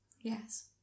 Yes